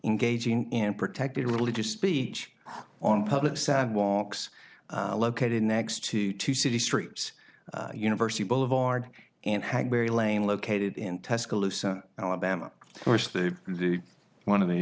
engaging in protected religious speech on public sad walks located next to two city streets university boulevard and had very lame located in tuscaloosa alabama course the the one of the